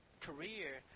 career